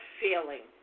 feeling